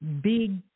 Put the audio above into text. big